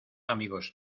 amigos